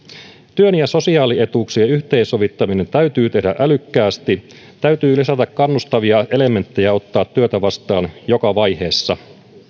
työn ja sosiaalietuuksien yhteensovittaminen täytyy tehdä älykkäästi täytyy lisätä kannustavia elementtejä ja ottaa työtä vastaan joka vaiheessa